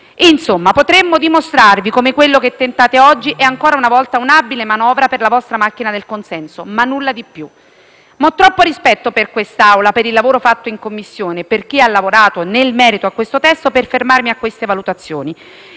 Insomma, potremmo dimostrarvi come quello che tentate oggi sia ancora una volta un'abile manovra per la vostra macchina del consenso, ma nulla di più. Ma ho troppo rispetto per quest'Assemblea, per il lavoro fatto in Commissione, per chi ha lavorato nel merito di questo testo per fermarmi a queste valutazioni.